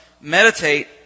meditate